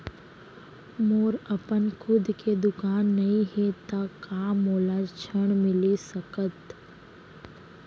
मोर अपन खुद के दुकान नई हे त का मोला ऋण मिलिस सकत?